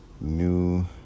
new